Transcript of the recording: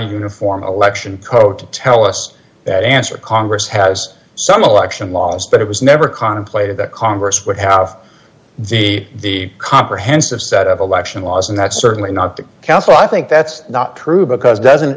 uniform election code tell us that answer congress has some election laws but it was never contemplated that congress would have the comprehensive set of election laws and that's certainly not the castle i think that's not true because doesn't